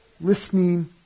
listening